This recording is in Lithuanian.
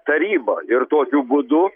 tarybą ir tokiu būdu